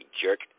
jerk